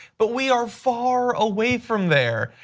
but we are far away from there.